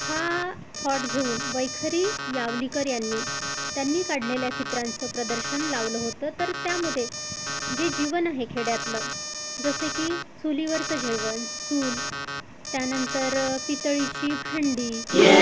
हा थॉट घेऊन वैखरी यावलीकर यांनी त्यांनी काढलेल्या चित्रांचं प्रदर्शन लावलं होतं तर त्यामध्ये जे जीवन आहे खेड्यातलं जसे की चुलीवरचं जेवण चूल त्यानंतर पितळीची भांडी